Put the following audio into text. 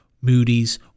Moody's